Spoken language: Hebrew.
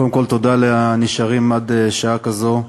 קודם כול תודה לנשארים עד שעה כזאת.